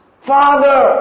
Father